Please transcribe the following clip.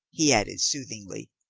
he added soothingly,